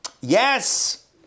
yes